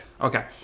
okay